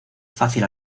fácil